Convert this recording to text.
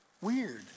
weird